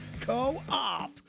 co-op